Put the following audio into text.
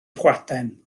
hwyaden